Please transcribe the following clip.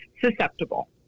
Susceptible